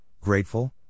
grateful